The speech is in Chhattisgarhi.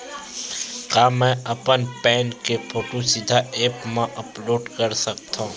का मैं अपन पैन के फोटू सीधा ऐप मा अपलोड कर सकथव?